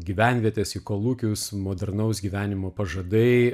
gyvenvietes į kolūkius modernaus gyvenimo pažadai